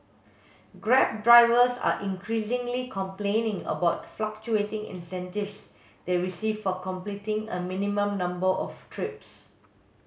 grab drivers are increasingly complaining about fluctuating incentives they receive for completing a minimum number of trips